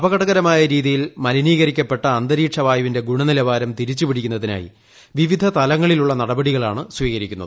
അപകടകരമായ രീതിയില് മലിനീകരിക്കപ്പെട്ട അന്തരീക്ഷ വായുവിന്റെ ഗുണനിലവാരം തിരിച്ചുപിടിക്കുന്നതിനായി വിവിധ തലങ്ങളിലുള്ള നടപടികളാണ് സ്വീകരിക്കുന്നത്